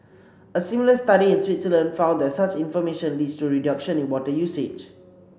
a similar study in Switzerland found that such information leads to reduction in water usage